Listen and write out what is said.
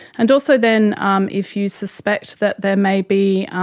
and also then um if you suspect that there may be